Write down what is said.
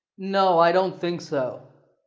no, i don't think so.